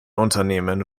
unternehmen